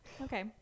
Okay